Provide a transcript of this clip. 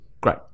Great